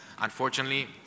unfortunately